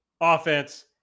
offense